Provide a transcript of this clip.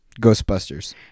Ghostbusters